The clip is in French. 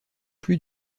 plus